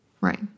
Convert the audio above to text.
Right